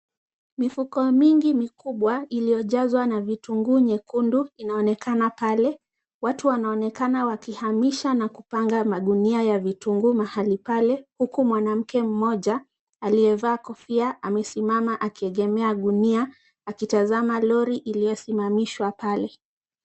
Mifuko mingi mikubwa iliyojazwa na vitunguu nyekundu inaonekana pale. Watu wanaonekana wakihamisha na kupanga magunia ya vitunguu mahali pale, huku mwanamke mmoja aliyevaa kofia amesimama akiegemea gunia akitazama lori iliyosimamishwa pale.